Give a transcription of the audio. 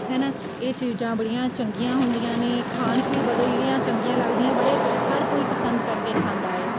ਹੈ ਨਾ ਇਹ ਚੀਜ਼ਾਂ ਬੜੀਆਂ ਚੰਗੀਆਂ ਹੁੰਦੀਆਂ ਨੇ ਖਾਣ 'ਚ ਵੀ ਬੜੀਆਂ ਚੰਗੀਆਂ ਲੱਗਦੀਆਂ ਬੜੇ ਹਰ ਕੋਈ ਪਸੰਦ ਕਰਕੇ ਖਾਂਦਾ ਹੈ